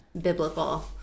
biblical